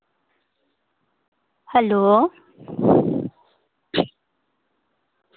hello